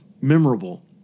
memorable